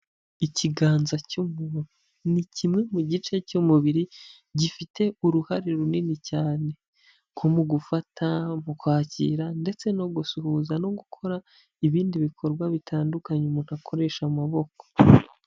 Ikiganza cy'umuntu ni kimwe mu gice cy'umubiri gifite uruhare runini cyane nko mu gufata, mu kwakira ndetse no gusuhuza no gukora ibindi bikorwa bitandukanye umuntu akoresha amaboko.